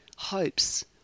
Hopes